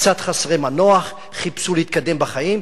קצת חסרי מנוח, חיפשו להתקדם בחיים.